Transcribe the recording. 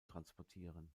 transportieren